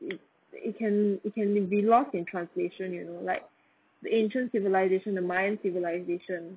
it it can it can be lost in translation you know like the ancient civilisation the mayan civilisation